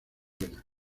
buena